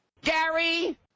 Gary